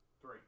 Three